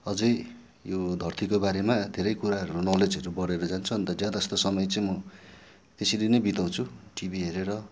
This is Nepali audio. अझै यो धरतीको बारेमा धेरै कुराहरू नलेजहरू बढेर जान्छ अन्त ज्यादा जस्तो समय चाहिँ म त्यसरी नै बिताउँछु टिभी हेरेर